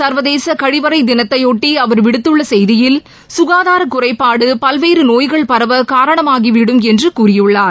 சர்வ தேச கழிவறை தினத்தையொட்டி அவர் விடுத்துள்ள செய்தியில் சுகாதாரக் குறைபாடு பல்வேறு நோய்கள் பரவ காரணமாகிவிடும் என்று கூறியுள்ளார்